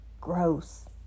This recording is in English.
Gross